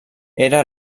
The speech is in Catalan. era